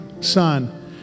son